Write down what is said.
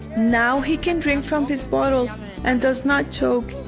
now he can drink from his bottle and does not choke.